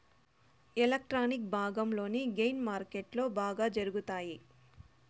electronic భాగంలోని gain మార్కెట్లో బాగా జరుగుతాయి